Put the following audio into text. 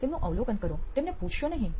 તેમનું અવલોકન કરો તેમને પૂછશો નહીં